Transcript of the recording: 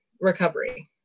recovery